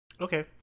Okay